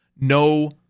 No